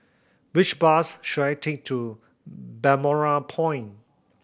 which bus should I take to Balmoral Point